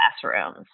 classrooms